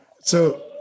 So-